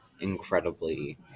incredibly